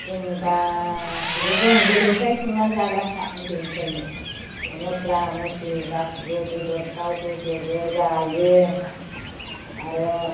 जोङो गासिबो जों गोदोनिफ्रायनो संनानै जाग्राखा उन्दैनिफ्रायनो मस्ला मस्लि गासिबो बेदरफ्राव होजोबो जायो आरो